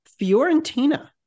Fiorentina